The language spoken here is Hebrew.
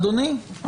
אדוני,